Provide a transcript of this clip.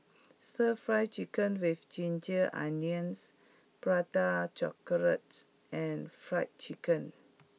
Stir Fried Chicken with Ginger Onions Prata Chocolate and Fried Chicken